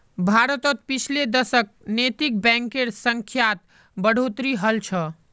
भारतत पिछले दशकत नैतिक बैंकेर संख्यात बढ़ोतरी हल छ